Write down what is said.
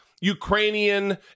Ukrainian